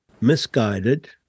misguided